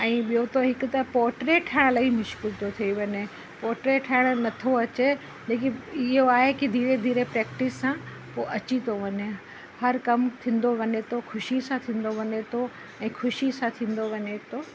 ऐं ॿियो त हिक त पोर्ट्रेट ठाहिणु इलाही मुश्किल थो थी वञे पोर्ट्रेट ठाहिण नथो अचे लेकिन इहो आहे की धीरे धीरे प्रैक्टिस सां पोइ अची थो वञे हर कम थींदो वञे थो ख़ुशी सां थींदो वञे थो ऐं ख़ुशी सां थींदो वञे थो